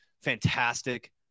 fantastic